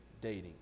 dating